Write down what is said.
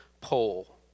poll